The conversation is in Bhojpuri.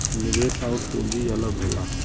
निवेश आउर पूंजी अलग होला